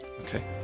Okay